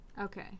Okay